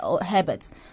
habits